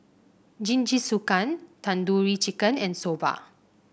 Jingisukan Tandoori Chicken and Soba